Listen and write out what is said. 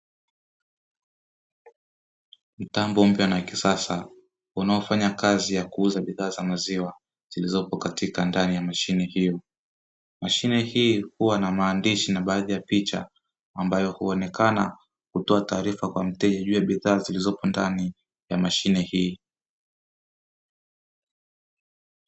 Mtambo mpya na wa kisasa unaofanya kazi ya kuuza bidhaa za maziwa zilizopo katika ndani ya mashine hiyo, mashine hii huwa na maandishi na baadhi ya picha ambayo huonekana kutoa taarifa kwa mteja juu ya bidhaa zilizopo ndani ya mashine hii.